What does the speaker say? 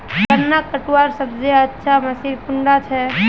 गन्ना कटवार सबसे अच्छा मशीन कुन डा छे?